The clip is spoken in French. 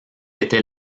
était